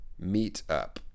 Meetup